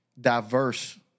diverse